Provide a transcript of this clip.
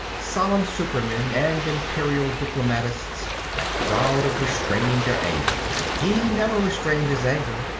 solemn supermen and imperial diplomatists are proud of restraining their anger. he never restrained his anger.